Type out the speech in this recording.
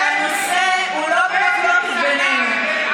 והנושא הוא לא במחלוקת בינינו.